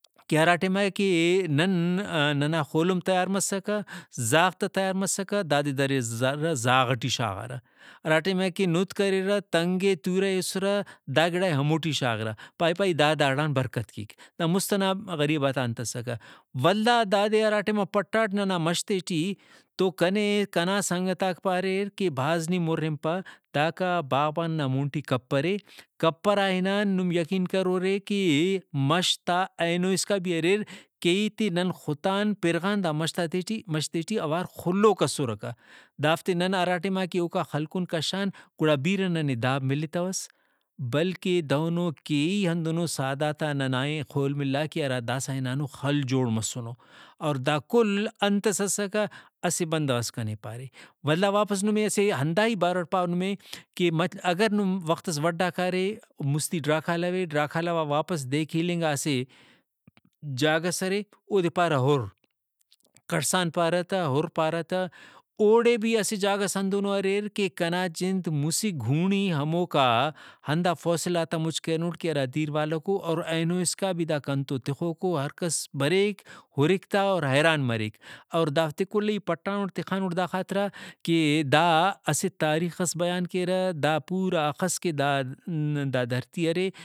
کہ ہرا ٹائما کہ نن ننا خولم تیار مسکہ زاغ تہ تیار مسکہ دادے دریسہ زاغ ٹی شاخارہ۔ ہراٹائما کہ نُت کریرہ تنگے تورہ ہیسُرہ داگڑائے ہموٹی شاغرہ۔ پائے پائے دا داڑان برکت کیک۔ دا مُست ئنا غریباتا انت اسکہ ولدا دادے ہراٹائما پٹاٹ ننا مش تے ٹی تو کنے کنا سنگتاک پاریر کہ بھاز نی مُر ہنپہ داکا باغبانہ نا مون ٹی کھپرے کھپرا ہنان نم یقین کرورے کہ مش تا اینو اسکا بھی اریر کیئی تے نن خُتان پرغان دا مش تا تہٹی مَش تے ٹی اوار خُلوک اسرکہ۔ دافتے نن ہراٹائما کہ اوکا خلکُن کشان گڑا بیرہ ننے دا ملتوس بلکہ داہنو کیئی ہندنو سادارتا ننا اے خول ملا کہ ہرا داسا ہنانو خل جوڑ مسنو۔ اور دا کل ہنتس اسکہ اسہ بندغس کنے پارے۔ ولدا واپس نمے اسہ ہنداہی باروٹ پاو نمے کہ اگر نم وختس وڈھ آ کارے مُستی ڈرھاکاو اے ڈرھاکالوا واپس دے کیہلینگااسہ جاگہس ارے اودے پارہ ہُر کڑسان پارہ تہ ہُر پارہ تہ اوڑے بھی اسہ جاگہس ہندنو اریر کہ کنا جند مُسہ گونڑی ہموکا ہندا فصلاتا مُچ کرینٹ کہ ہرا دیر والکو اور اینو اسکا بھی دا کنتو تخوکو ہرکس بریک ہُرک تہ اور حیران مریک۔ اور دافتے کلے ای پٹانٹ تخانٹ دا خاطرا کہ دا اسہ تاریخس بیان کیرہ دا پورا ہخس کہ دا دا دھرتی ارے